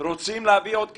רוצים להביא עוד כסף?